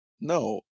no